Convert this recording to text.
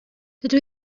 dydw